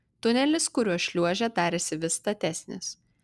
tunelis kuriuo šliuožė darėsi vis statesnis